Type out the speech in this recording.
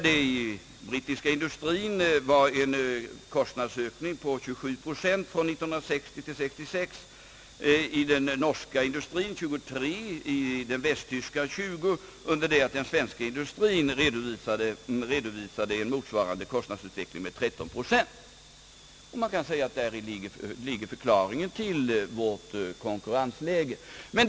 Den brittiska industrin hade en kostnadsökning av 27 procent från 1960 till 1966. Den norska industrin hade samtidigt en kostnadsökning med 23 procent, den västtyska med 20 procent under det att den svenska industrin redovisade en motsvarande kostnadsökning med 13 procent. Man kan säga att däri ligger förklaringen till vårt konkurrensläge.